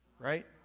right